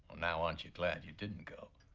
now aren't you glad you didn't go?